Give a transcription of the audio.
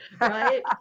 Right